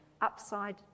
upside